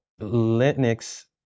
Linux